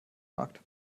markt